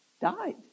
died